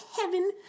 heaven